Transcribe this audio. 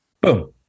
Boom